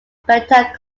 beta